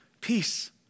peace